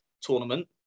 tournament